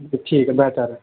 ٹھیک ہے بہتر ہے